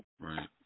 right